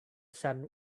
sun